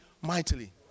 mightily